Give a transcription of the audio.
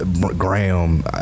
Graham